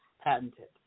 patented